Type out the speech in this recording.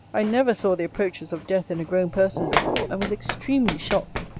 i never saw the approaches of death in a grown person before and was extremely shocked.